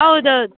ಹೌದು ಹೌದು